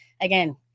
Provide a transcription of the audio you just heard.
Again